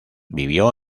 vivió